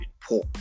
poor